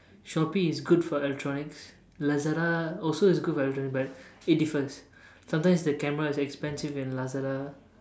Shoppe is good for electronics Lazada also is good for electronics but it's different sometimes the camera is expensive in Lazada